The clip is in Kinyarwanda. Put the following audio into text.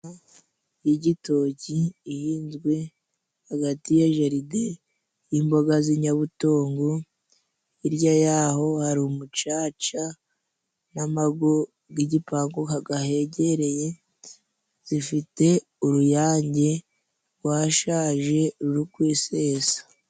Igitogi ihinzwe hagati ya jaride ni mboga z'inyabutongo, hirya yaho hari umucaca n'amago y'igipangu ahegereye, zifite uruyange rwashaje rukwisesa.